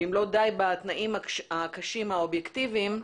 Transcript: אם לא די בתנאים הקשים האובייקטיביים,